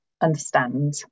understand